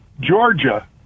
Georgia